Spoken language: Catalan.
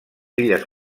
illes